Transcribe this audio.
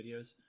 videos